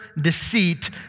deceit